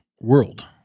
World